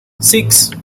six